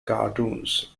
cartoons